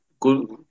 good